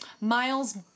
Miles